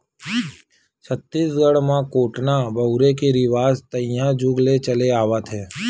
छत्तीसगढ़ म कोटना बउरे के रिवाज तइहा जुग ले चले आवत हे